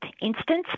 instance